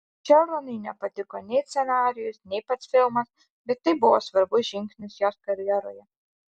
šeronai nepatiko nei scenarijus nei pats filmas bet tai buvo svarbus žingsnis jos karjeroje